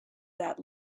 that